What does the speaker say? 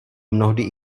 mnohdy